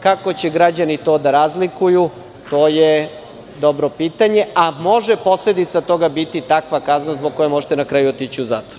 Kako će građani to da razlikuju, to je dobro pitanje, a posledica toga može biti takva kazna zbog koje možete na kraju otići u zatvor.